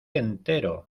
entero